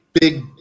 big